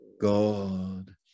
god